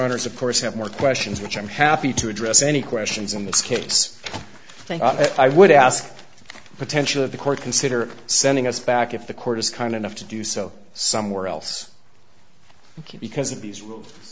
honors of course have more questions which i'm happy to address any questions in this case i would ask the potential of the court consider sending us back if the court is kind enough to do so somewhere else because in these rules